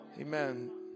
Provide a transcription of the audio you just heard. amen